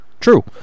True